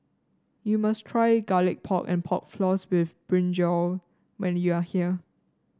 you must try Garlic Pork and Pork Floss with brinjal when you are here